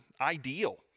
ideal